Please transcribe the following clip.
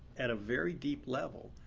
at a very deep level,